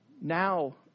Now